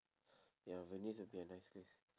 ya venice will be a nice place